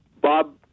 Bob